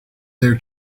their